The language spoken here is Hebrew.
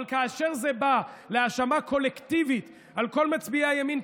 אבל כאשר זה בא להאשמה קולקטיבית על כל מצביעי הימין,